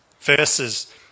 verses